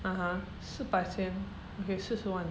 (uh huh) 四百千 okay 四十万